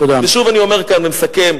ושוב אני אומר כאן ומסכם: